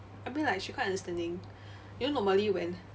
I mean like she quite understanding you know normally when